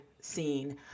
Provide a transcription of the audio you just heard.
scene